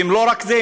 ולא רק זה,